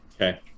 Okay